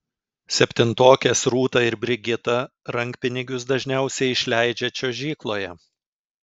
septintokės rūta ir brigita rankpinigius dažniausiai išleidžia čiuožykloje